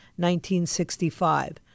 1965